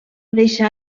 deixar